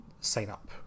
sign-up